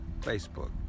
Facebook